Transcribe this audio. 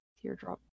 teardrop